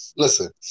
Listen